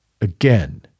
again